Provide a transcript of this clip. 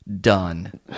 done